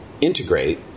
integrate